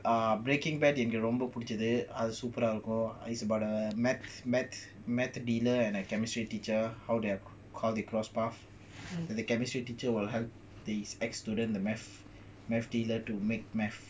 ah breaking bad எங்களுக்குரொம்பபுடிச்சதுஅதுசூப்பராஇருக்கும்:engaluku romba pudichathu adhu supera irukum is about a meth meth dealer and a chemistry teacher how their how they cross path then the chemistry teacher will help this ex student the meth meth dealer to make meth